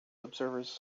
observers